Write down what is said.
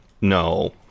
No